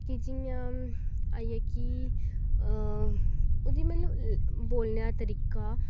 कि जि'यां आइया कि ओह्दी मतलब बोलने दा तरीका